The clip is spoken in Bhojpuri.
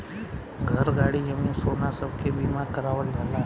घर, गाड़ी, जमीन, सोना सब के बीमा करावल जाला